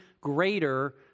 greater